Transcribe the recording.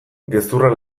gezurra